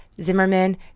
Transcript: Zimmerman